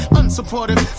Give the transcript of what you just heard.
unsupportive